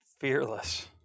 fearless